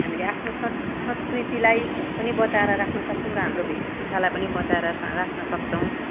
हामीले आफ्नो सं संस्कृतिलाई पनि बचाएर राख्न सक्छौँ र हाम्रो भेषभूषालाई पनि बचाएर राख्न सक्छौँ